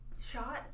shot